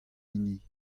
hini